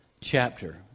chapter